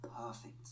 perfect